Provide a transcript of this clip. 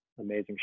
amazing